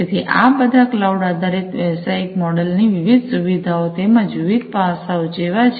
તેથી આ બધા ક્લાઉડ આધારે વ્યવસાયિક મોડલની વિવિધ સુવિધાઓ તેમજ વિવિધ પાસાઓ જેવા છે